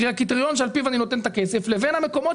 הקריטריון שעל פיו אני נותן את הכסף לבין המקומות